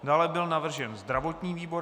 Dále byl navržen zdravotní výbor.